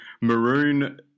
maroon